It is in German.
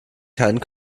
keinen